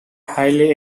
highly